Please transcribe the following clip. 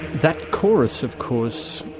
that chorus, of course,